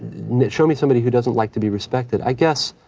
show me somebody who doesn't like to be respected. i guess